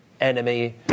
enemy